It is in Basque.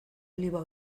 oliba